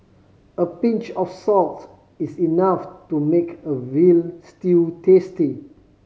a pinch of salts is enough to make a veal stew tasty